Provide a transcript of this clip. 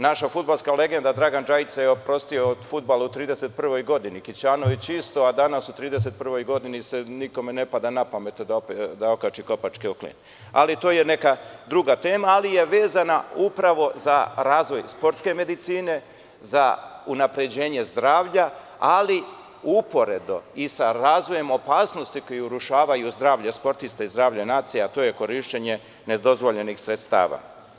Naša fudbalska legenda Dragan Džajić se oprostio od fudbala u 31. godini, Kićanović isto, a danas u 31. godini nikome na pamet da okači kopačke o klin, ali to je neka druga tema, ali je vezana za razvoj sportske medicine, za unapređenje zdravlja i uporedo i sa razvojem opasnosti koje urušavaju zdravlje sportista i zdravlje nacije, a to je korišćenje nedozvoljenih sredstava.